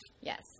Yes